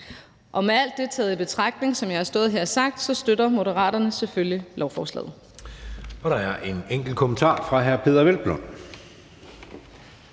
Og med alt det taget i betragtning, som jeg har stået her og sagt, støtter Moderaterne selvfølgelig lovforslaget.